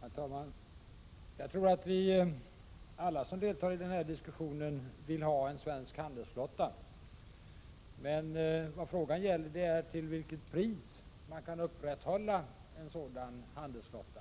Herr talman! Jag tror att vi alla som deltar i denna diskussion vill ha en svensk handelsflotta, men vad frågan gäller är till vilket pris man kan upprätthålla en sådan handelsflotta.